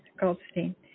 Goldstein